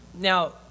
Now